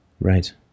right